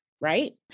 right